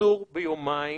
קיצור ביומיים